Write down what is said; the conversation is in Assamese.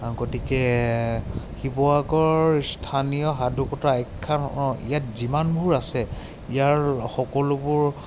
গতিকে শিৱসাগৰ স্থানীয় সাধুকথা আখ্যান অঁ ইয়াত যিমানবোৰ আছে ইয়াৰ সকলোবোৰ